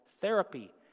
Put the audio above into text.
therapy